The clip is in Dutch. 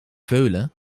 veulen